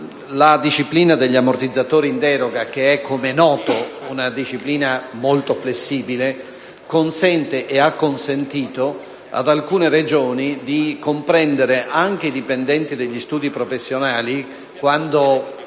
la disciplina degli ammortizzatori in deroga (che è, come noto, una disciplina molto flessibile) consente e ha consentito ad alcune Regioni di comprendere anche i dipendenti degli studi professionali. Quando